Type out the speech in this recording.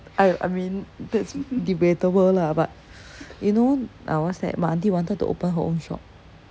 I I mean that's debatable lah but you know uh what's that my auntie wanted to open her own shop